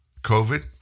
COVID